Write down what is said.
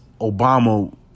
Obama